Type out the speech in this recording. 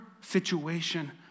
situation